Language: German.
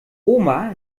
oma